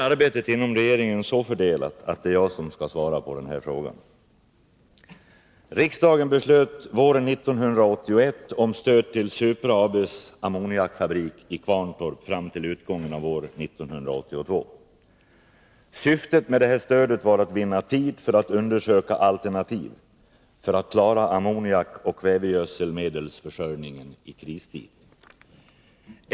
Arbetet inom regeringen är så fördelat att det är jag som skall svara på frågan.